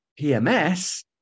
PMS